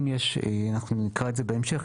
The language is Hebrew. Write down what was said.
אנחנו נקרא את זה בהמשך,